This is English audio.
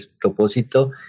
propósito